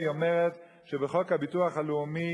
היא אומרת שבחוק הביטוח הלאומי,